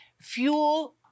fuel